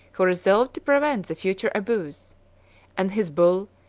who resolved to prevent the future abuse and his bull,